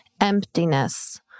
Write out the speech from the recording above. emptiness